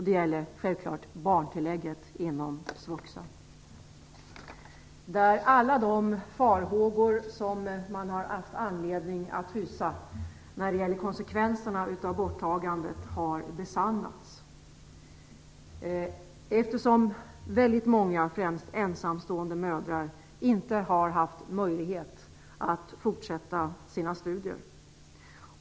Det gäller självfallet barntillägget inom svuxa. Alla de farhågor som man har haft anledning att hysa när det gäller konsekvenserna av borttagande har besannats, eftersom väldigt många, främst ensamstående mödrar, inte har haft möjlighet att fortsätta sina studier.